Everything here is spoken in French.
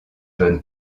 john